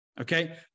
Okay